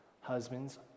husbands